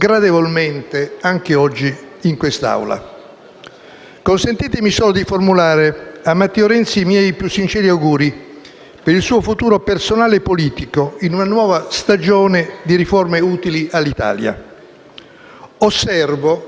Come sappiamo, abbiamo solo iniziato il processo di uscita da una crisi insieme economica e politica, sociale e istituzionale, che sarà ancora lunga e che non riguarda solo l'Italia, ma l'intera Europa, dalla Francia alla Gran Bretagna, dalla Spagna alla Grecia,